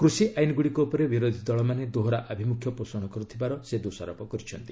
କୃଷି ଆଇନଗୁଡ଼ିକ ଉପରେ ବିରୋଧୀଦଳମାନେ ଦୋହରା ଆଭିମୁଖ୍ୟ ପୋଷଣ କରୁଥିବାର ସେ ଦୋଷାରୋପ କରିଛନ୍ତି